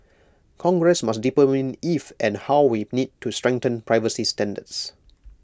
congress must determine if and how we need to strengthen privacy standards